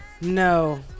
No